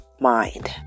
mind